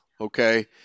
Okay